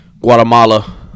Guatemala